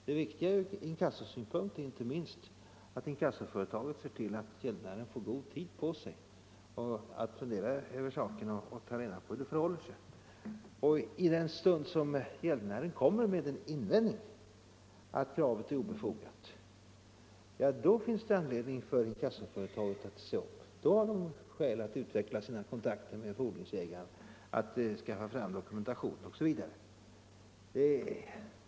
Det viktiga inte minst ur inkassosynpunkt är att inkassoföretaget ser till att gäldenären får god tid på sig att fundera över saken och ta redan på hur det förhåller sig. I den stund som gäldenären kommer med en invändning att kravet är obefogat finns det anledning för inkassoföretaget att se upp. Då har inkassoföretaget skäl att utveckla sina kontakter med fordringsägaren, att skaffa fram dokumentation osv.